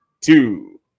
two